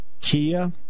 Kia